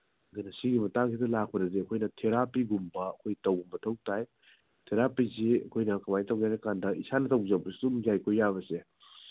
ꯑꯗꯨꯅ ꯁꯤꯒꯤ ꯃꯇꯥꯡꯁꯤ ꯂꯥꯛꯄꯗꯗꯤ ꯑꯩꯈꯣꯏꯅ ꯊꯦꯔꯥꯄꯤꯒꯨꯝꯕ ꯑꯩꯈꯣꯏ ꯇꯧꯕ ꯃꯊꯧ ꯇꯥꯏ ꯊꯦꯔꯥꯄꯤꯁꯤ ꯑꯩꯈꯣꯏꯅ ꯀꯃꯥꯏꯅ ꯇꯧꯒꯦ ꯍꯥꯏꯀꯥꯟꯗ ꯏꯁꯥꯅ ꯇꯧꯕꯁꯨ ꯑꯗꯨꯝ ꯌꯥꯏꯀꯣ ꯌꯥꯕꯁꯦ